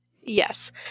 Yes